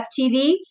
FTV